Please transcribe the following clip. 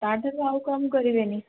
ତା ଠାରୁ ଆଉ କମ୍ କରିବେନି